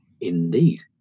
Indeed